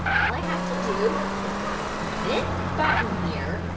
all i have to do is press this button here,